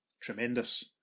Tremendous